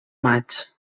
maig